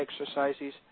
exercises